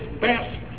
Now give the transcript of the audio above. best